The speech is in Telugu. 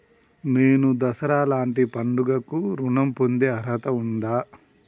నేను దసరా లాంటి పండుగ కు ఋణం పొందే అర్హత ఉందా?